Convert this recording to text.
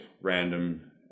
random